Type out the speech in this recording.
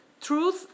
truth